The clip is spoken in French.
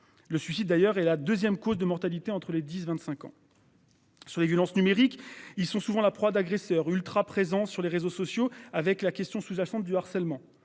Le suicide d'ailleurs et la 2ème cause de mortalité entre les 10 25 ans.-- Sur les violences numérique. Ils sont souvent la proie d'agresseurs ultra-présent sur les réseaux sociaux avec la question sous fond du harcèlement.